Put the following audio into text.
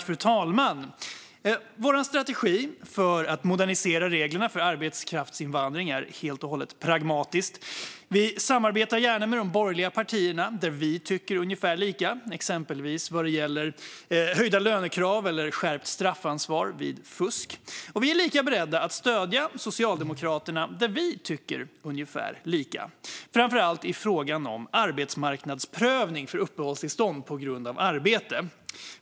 Fru talman! Vår strategi för att modernisera reglerna för arbetskraftsinvandring är helt och hållet pragmatisk. Vi samarbetar gärna med de borgerliga partierna där vi tycker ungefär lika, exempelvis vad gäller höjda lönekrav eller skärpt straffansvar vid fusk, och vi är lika beredda att stödja Socialdemokraterna där vi tycker ungefär lika, framför allt i frågan om arbetsmarknadsprövning för uppehållstillstånd på grund av arbete.